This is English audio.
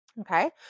Okay